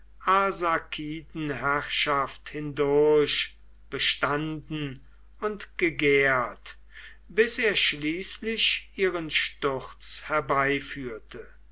arsakidenherrschaft hindurch bestanden und gegärt bis er schließlich ihren sturz herbeiführte